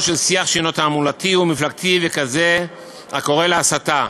של שיח שהנו תעמולתי ומפלגתי וכזה הקורא להסתה,